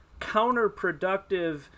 counterproductive